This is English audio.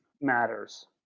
matters